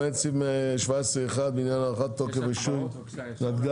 למעט סעיף 17(1) (בעניין הארכת תוקף רישיון נתג"ז)